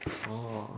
orh